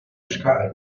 sky